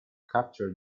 capture